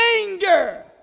anger